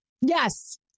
Yes